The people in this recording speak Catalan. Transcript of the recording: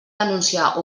denunciar